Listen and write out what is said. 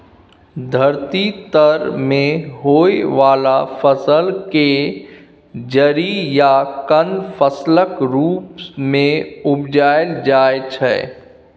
धरती तर में होइ वाला फसल केर जरि या कन्द फसलक रूप मे उपजाइल जाइ छै